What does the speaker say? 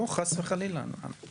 (הישיבה נפסקה בשעה 17:48 ונתחדשה